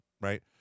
right